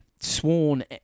sworn